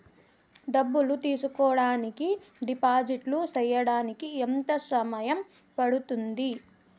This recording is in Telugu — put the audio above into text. డబ్బులు తీసుకోడానికి డిపాజిట్లు సేయడానికి ఎంత సమయం పడ్తుంది